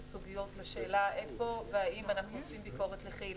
סודיות לשאלה איפה והאם אנחנו עושים ביקורת לכי"ל.